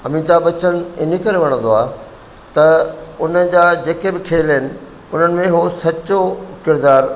अमिताभ बच्चन इन करे वणंदो आहे त उन जा जेके बि खेल आहिनि उन्हनि में उहे सचो किरदारु